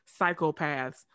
psychopaths